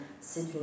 C'est